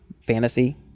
fantasy